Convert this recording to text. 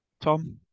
Tom